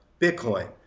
Bitcoin